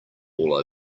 all